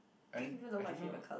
I don't I don't know